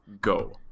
Go